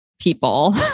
people